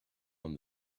won